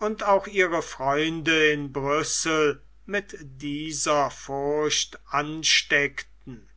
und auch ihre freunde in brüssel mit dieser furcht ansteckten